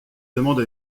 demande